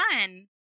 fun